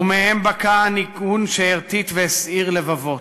ומהם בקע הניגון שהרטיט והסעיר לבבות,